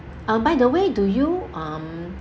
uh by the way do you um